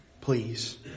please